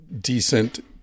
decent